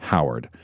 Howard